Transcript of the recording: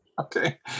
Okay